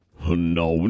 no